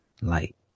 light